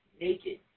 Naked